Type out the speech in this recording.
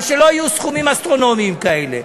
אבל שלא יהיו סכומים אסטרונומיים כאלה.